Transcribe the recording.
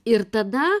ir tada